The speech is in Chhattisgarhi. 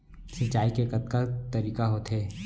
सिंचाई के कतका तरीक़ा होथे?